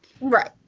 Right